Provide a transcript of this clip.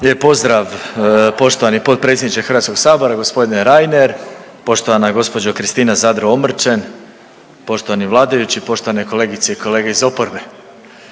pozdrav poštovani potpredsjedniče gospodine Reiner, poštovana gospođo Kristina Zadro Omrčen, poštovani vladajući, poštovane kolegice i kolege iz oporbe,